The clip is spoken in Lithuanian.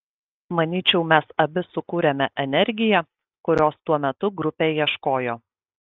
manyčiau mes abi sukūrėme energiją kurios tuo metu grupė ieškojo